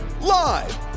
Live